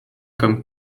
comme